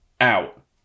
out